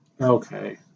Okay